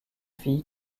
fille